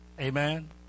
Amen